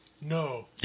No